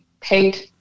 paid